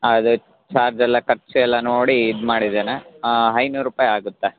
ಅದು ಚಾರ್ಜೆಲ್ಲ ಖರ್ಚು ಎಲ್ಲ ನೋಡಿ ಇದು ಮಾಡಿದ್ದೇನೆ ಐನೂರು ರೂಪಾಯಿ ಆಗುತ್ತೆ